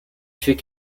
fait